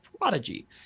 prodigy